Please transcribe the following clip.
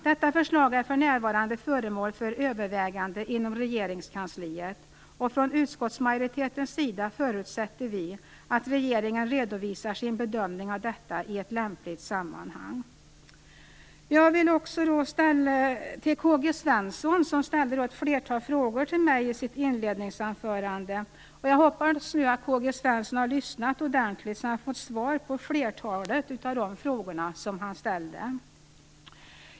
Detta förslag är för närvarande föremål för överväganden inom Regeringskansliet. Från utskottsmajoritetens sida förutsätter vi att regeringen redovisar sin bedömning av detta i ett lämpligt sammanhang. Karl-Gösta Svenson ställde ett flertal frågor till mig i sitt inledningsanförande. Jag hoppas nu att Karl Gösta Svenson har lyssnat ordentligt, så att han fått svar på flertalet av de frågor han ställde.